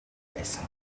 байсан